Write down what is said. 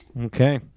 Okay